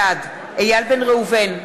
בעד איל בן ראובן,